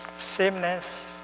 sameness